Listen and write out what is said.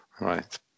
Right